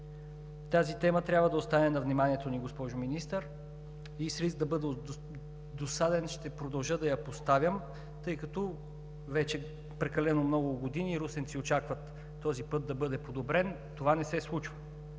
Тази тема трябва да остане на вниманието ни, госпожо Министър, и с риск да бъда досаден ще продължа да я поставям, тъй като прекалено много години русенци очакват този път да бъде подобрен. Това не се случва!